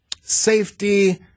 safety